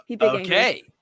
Okay